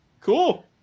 Cool